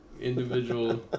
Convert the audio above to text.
individual